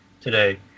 today